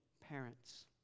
parents